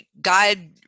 God